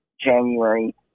January